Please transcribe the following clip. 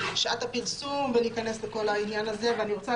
שעת הפרסום ולהיכנס לכל העניין הזה ואני רוצה